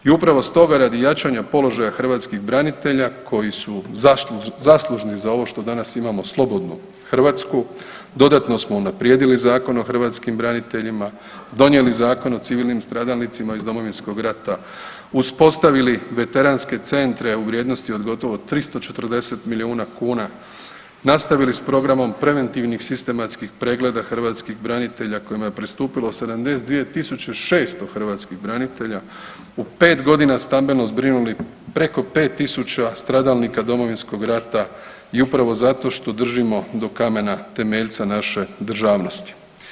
I upravo stoga radi jačanja položaja hrvatskih branitelja koji su zaslužni za ovo što danas imamo slobodnu Hrvatsku, dodatno smo unaprijedili Zakon o hrvatskim braniteljima, donijeli Zakon o civilnim stradalnicima iz Domovinskog rata, uspostavili veteranske centre u vrijednosti od gotovo 340 milijuna kuna, nastavili s programom preventivnih sistematskih pregleda hrvatskih branitelja kojima je pristupilo 72.600 hrvatskih branitelja u 5.g. stambeno zbrinuli preko 5.000 stradalnika Domovinskog rata i upravo zato što držimo do kamena temeljca naše državnosti.